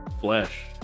flesh